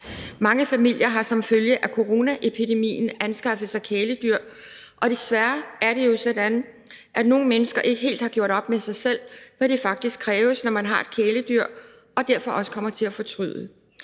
Mange familier har som følge af coronaepidemien anskaffet sig kæledyr, og desværre er det jo sådan, at nogle mennesker ikke helt har gjort op med sig selv, hvad det faktisk kræver, når man har et kæledyr, og derfor kommer de også til at